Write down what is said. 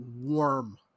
warm